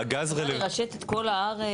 הייתה איזושהי יוזמה לרשת את כל הארץ.